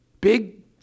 big